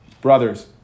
brother's